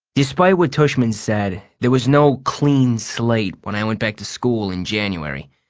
despite what tushman said, there was no clean slate when i went back to school in january.